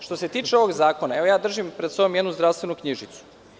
Što se tiče ovog zakona, evo, držim pred sobom jednu zdravstvenu knjižicu.